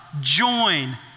join